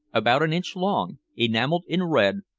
about an inch long, enameled in red,